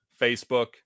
facebook